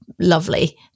lovely